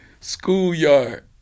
schoolyard